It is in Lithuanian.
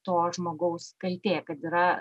to žmogaus kaltė kad yra